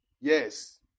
Yes